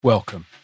Welcome